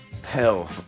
hell